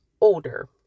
older